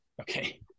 Okay